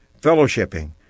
fellowshipping